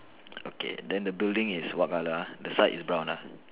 okay then the building is what colour ah the side is brown ah